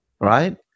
right